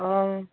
ꯑꯥ